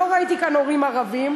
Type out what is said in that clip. לא ראיתי כאן "הורים ערבים"